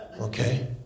Okay